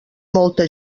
molta